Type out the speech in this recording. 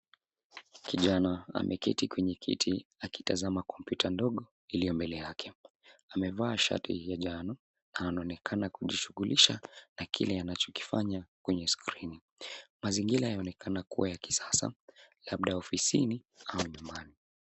Kijana ameketi kwenye kiti akitazama Komputa dogo iliyo mbele yake. Amevaa shati ya njano na anaonekana kujishugulisha na kile anachokifanya kwenye skrini mazigira yanaonekana kuwa ya kisasa labda ofisini au nyumbani.